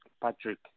Patrick